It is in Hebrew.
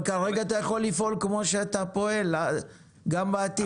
אבל כרגע אתה יכול לפעול כמו שאתה פועל, גם בעתיד.